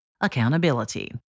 Accountability